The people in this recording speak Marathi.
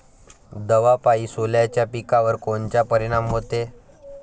दवापायी सोल्याच्या पिकावर कोनचा परिनाम व्हते?